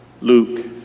Luke